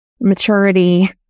maturity